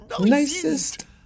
Nicest